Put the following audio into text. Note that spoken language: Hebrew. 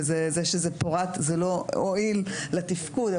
וזה שזה פורט זה לא הועיל לתפקוד.